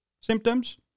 symptoms